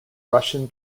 russian